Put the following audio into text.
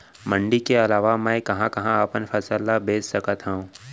मण्डी के अलावा मैं कहाँ कहाँ अपन फसल ला बेच सकत हँव?